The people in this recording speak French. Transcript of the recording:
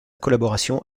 collaboration